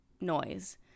noise